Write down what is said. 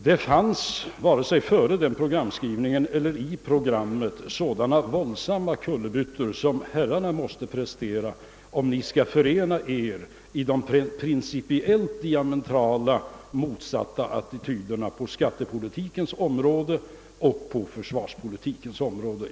Det fanns varken före den programskrivningen eller i själva programmet sådana våldsamma kullerbyttor som herrarna måste prestera, om ni skall kunna förena er i de principiellt diametralt motsatta attityderna på skattepolitikens och försvarspolitikens område.